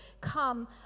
come